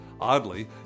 Oddly